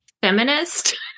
feminist